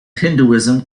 hinduism